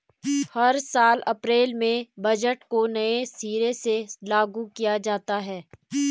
हर साल अप्रैल में बजट को नये सिरे से लागू किया जाता है